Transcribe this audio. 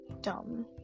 dumb